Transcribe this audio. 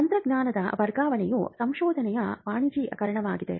ತಂತ್ರಜ್ಞಾನದ ವರ್ಗಾವಣೆಯು ಸಂಶೋಧನೆಯ ವಾಣಿಜ್ಯೀಕರಣವಾಗಿದೆ